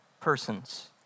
persons